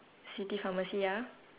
city pharmacy ya